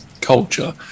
culture